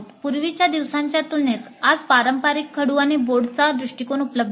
पूर्वीच्या दिवसांच्या तुलनेत आज पारंपारिक खडू आणि बोर्डाचा दृष्टिकोन उपलब्ध आहे